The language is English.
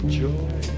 joy